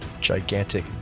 gigantic